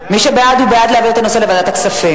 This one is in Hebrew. השתמשת,